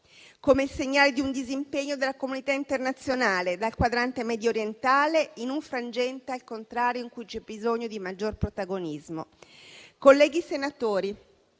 come segnale di un disimpegno della comunità internazionale dal quadrante mediorientale in un frangente, al contrario, in cui c'è bisogno di maggior protagonismo. Colleghi senatori,